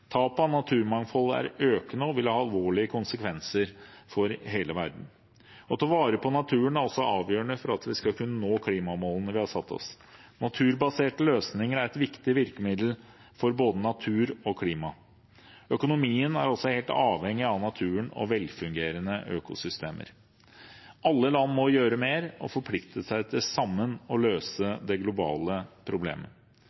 Tapet av naturmangfold er økende og vil ha alvorlige konsekvenser for hele verden. Å ta vare på naturen er også avgjørende for at vi skal kunne nå klimamålene vi har satt oss. Naturbaserte løsninger er et viktig virkemiddel for både natur og klima. Økonomien vår er også helt avhengig av naturen og velfungerende økosystemer. Alle land må gjøre mer og forplikte seg til sammen å